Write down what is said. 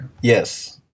Yes